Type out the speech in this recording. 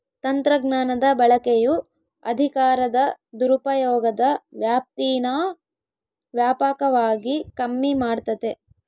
ತಂತ್ರಜ್ಞಾನದ ಬಳಕೆಯು ಅಧಿಕಾರದ ದುರುಪಯೋಗದ ವ್ಯಾಪ್ತೀನಾ ವ್ಯಾಪಕವಾಗಿ ಕಮ್ಮಿ ಮಾಡ್ತತೆ